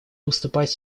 выступать